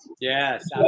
Yes